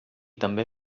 també